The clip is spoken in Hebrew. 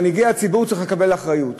מנהיגי הציבור צריכים לקבל אחריות.